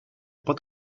pot